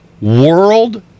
World